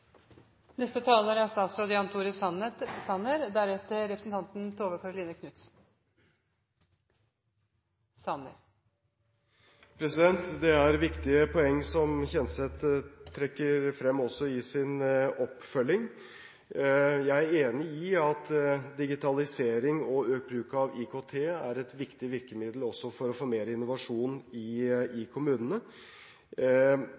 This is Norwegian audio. Det er viktige poenger som representanten Kjenseth trekker frem også i sin oppfølging. Jeg er enig i at digitalisering og økt bruk av IKT er et viktig virkemiddel også for å få mer innovasjon i